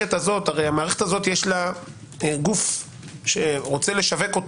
מהמערכת הזו הרי המערכת הזו יש לה גוף שרוצה לשווק אותה,